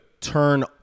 turn